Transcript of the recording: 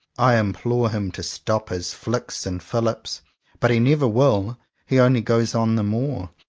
i implore him to stop his flicks and fillips but he never will he only goes on the more.